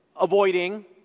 avoiding